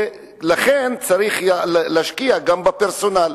ולכן צריך להשקיע גם בפרסונל.